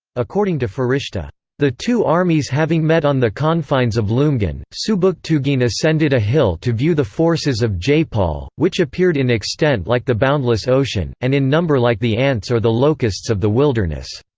according to ferishta the two armies having met on the confines of lumghan, subooktugeen ascended a hill to view the forces of jeipal, which appeared in extent like the boundless ocean, and in number like the ants or the locusts of the wilderness.